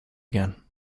again